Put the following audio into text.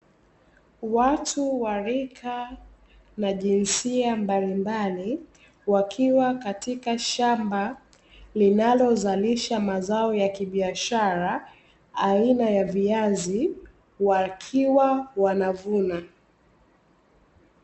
Watu wa rika na jinsia mbalimbali wakiwa katika shamba, linalozalisha mazao ya kibiashara, aina ya viazi, wakiwa wanavuna.